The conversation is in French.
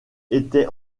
était